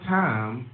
time